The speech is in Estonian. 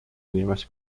inimest